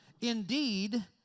indeed